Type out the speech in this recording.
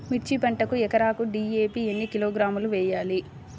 మిర్చి పంటకు ఎకరాకు డీ.ఏ.పీ ఎన్ని కిలోగ్రాములు వేయాలి?